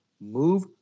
Move